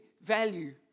value